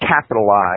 capitalize